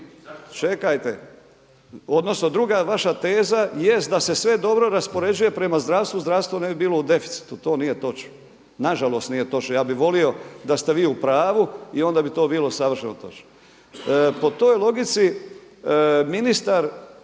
Čekajte. Odnosno druga vaša teza jest da se sve dobro raspoređuje prema zdravstvu, zdravstvo ne bi bilo u deficitu. To nije točno. Na žalost nije točno. Ja bih volio da ste vi u pravu i onda bi to bilo savršeno točno. Po toj logici ministar